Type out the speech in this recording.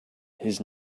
his